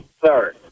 Sir